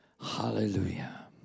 Hallelujah